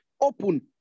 open